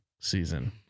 season